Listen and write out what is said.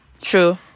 True